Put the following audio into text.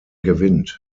gewinnt